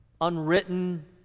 unwritten